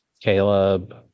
Caleb